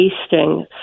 wasting